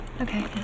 okay